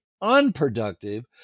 unproductive